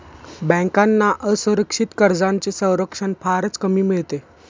बँकांना असुरक्षित कर्जांचे संरक्षण फारच कमी मिळते